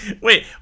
Wait